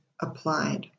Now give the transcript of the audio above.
applied